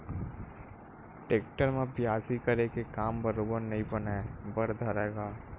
tractor म बियासी करे के काम बरोबर नइ बने बर धरय गा